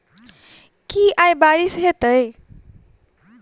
की आय बारिश हेतै?